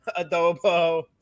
adobo